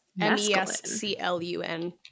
m-e-s-c-l-u-n